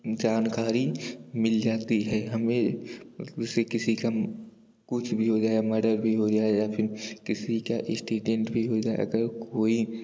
जानकारी मिल जाती है हमें उससे किसी का कुछ भी हो जाए हमारा भी हो जाए या फ़िर किसी का ईस्टीडेंट भी हो जाए अगर कोई